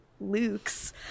Luke's